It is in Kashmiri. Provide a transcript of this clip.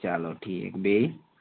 چلو ٹھیٖک بیٚیہِ